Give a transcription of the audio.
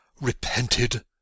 Repented